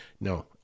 No